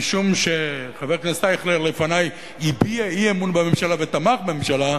משום שחבר הכנסת אייכלר לפני הביע אי-אמון בממשלה ותמך בממשלה,